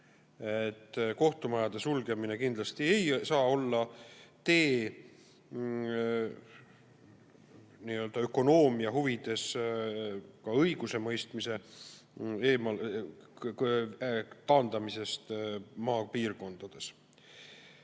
Kohtumajade sulgemine kindlasti ei saa olla tee ökonoomia huvides õigusemõistmise taandamiseks maapiirkondades.